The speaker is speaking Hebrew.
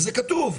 וזה כתוב,